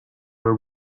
were